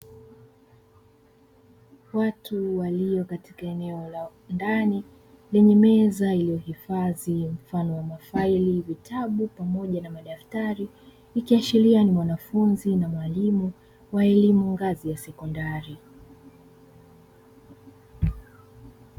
Watu walio katika eneo la ndani lenye meza iliyohifadhi mfano wa mafaili, vitabu pamoja na madaftari, ikiashiria ni mwanafunzi na mwalimu wa elimu ngazi ya sekondari.